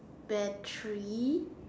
battery